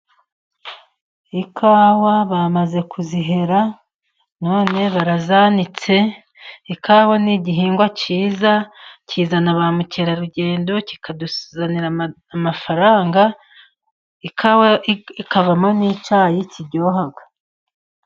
Ikawa bamaze kuzihera none barazanitse. Ikawa ni igihingwa cyiza kizana ba mukerarugendo, kikatuzanira amafaranga, ikawa ikavamo n'icyayi kiryoha.